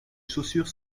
chaussures